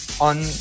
on